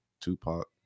Tupac